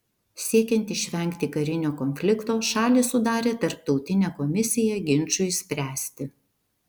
siekiant išvengti karinio konflikto šalys sudarė tarptautinę komisiją ginčui išspręsti